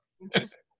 Interesting